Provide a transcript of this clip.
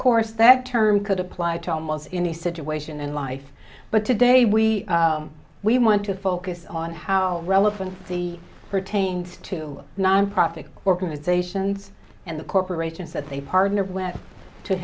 course that term could apply to almost any situation in life but today we we want to focus on how relevancy pertains to nonprofit organizations and the corporations that they